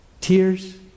tears